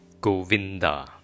Govinda